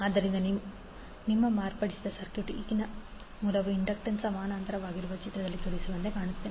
ಆದ್ದರಿಂದ ನಿಮ್ಮ ಮಾರ್ಪಡಿಸಿದ ಸರ್ಕ್ಯೂಟ್ ಈಗಿನ ಮೂಲವು ಇಂಡಕ್ಟನ್ಸ್ಗೆ ಸಮಾನಾಂತರವಾಗಿರುವ ಚಿತ್ರದಲ್ಲಿ ತೋರಿಸಿರುವಂತೆ ಕಾಣುತ್ತದೆ